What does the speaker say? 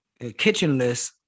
kitchenless